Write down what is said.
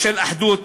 ושל אחדות.